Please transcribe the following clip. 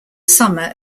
summer